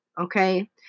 okay